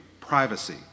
privacy